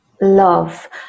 love